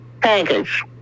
package